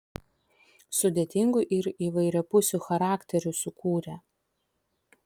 sudėtingų ir įvairiapusių charakterių sukūrė